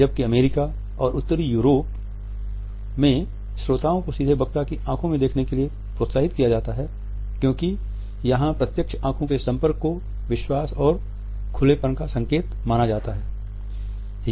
जबकि अमेरिका और उत्तरी यूरोप में श्रोताओं को सीधे वक्ता की आंखों में देखने के लिए प्रोत्साहित किया जाता है क्योंकि यहाँ प्रत्यक्ष आंखों के संपर्क को विश्वास और खुलेपन का संकेत माना जाता है